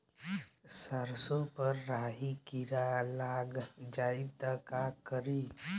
सरसो पर राही किरा लाग जाई त का करी?